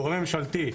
גורם ממשלתי,